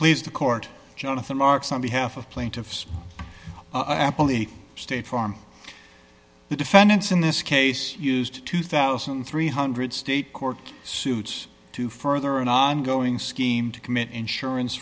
place to court jonathan marks on behalf of plaintiffs happily state farm the defendants in this case used two thousand three hundred state court suits to further and i'm going scheme to commit insurance